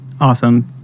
Awesome